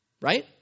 Right